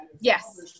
yes